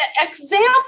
example